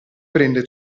prende